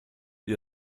ihr